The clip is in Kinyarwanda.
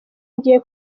ngiye